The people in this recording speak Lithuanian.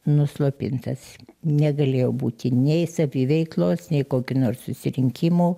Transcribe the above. nuslopintas negalėjo būti nei saviveiklos nei kokio nors susirinkimo